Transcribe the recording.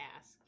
ask